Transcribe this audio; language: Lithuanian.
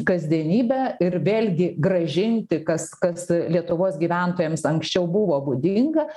kasdienybę ir vėlgi grąžinti kas kas lietuvos gyventojams anksčiau buvo būdinga